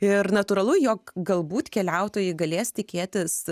ir natūralu jog galbūt keliautojai galės tikėtis